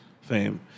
fame